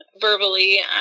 verbally